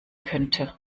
könnte